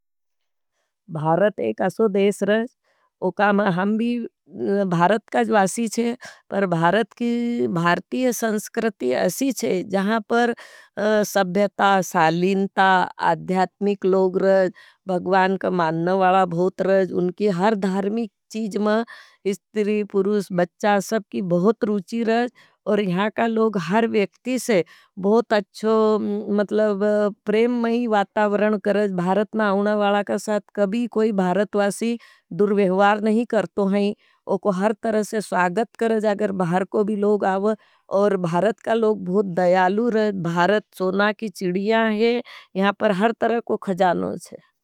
भारत एक अशो देश रज, उका हम भी भारत का ज़वासी छे। पर भारत की भारतीय संस्कृति अशी छे, जहांपर सभ्यता, सालीनता, अध्यात्मिक लोग रज, भगवान का मानन वाला भोत रज। उनकी हर धार्मिक चीज में इस्तिरी, पुरूस, बच्चा सबकी बहुत रूची रज, और यहां का लोग हर व्यक्ति से बहुत अच्छो। मतलब प्रेम में ही वातावरण करज, भारत में आउना वाला का साथ कभी कोई भारत वासी दुरवेहवार नहीं करतो हैं। उको हर तरह से स्वागत करज, अगर भार कोई लोग आओ, और भारत का लोग बहुत दयालू रज। भारत चोना की चिडिया है, यहां पर हर तरह कोई खजानों चे।